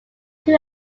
two